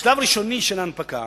בשלב הראשוני של ההנפקה